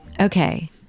Okay